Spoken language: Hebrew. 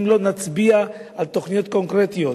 אם לא נצביע על תוכניות קונקרטיות,